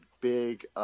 big